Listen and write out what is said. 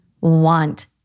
want